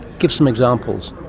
give some examples.